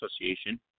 association